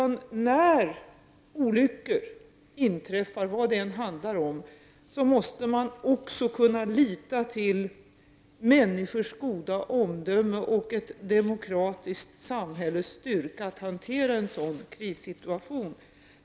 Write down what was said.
När olyckor inträffar, vad det än handlar om, måste man också kunna lita till människors goda omdöme och till ett demokratiskt samhälles styrka att hantera en sådan krissituation.